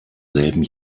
selben